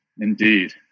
Indeed